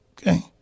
okay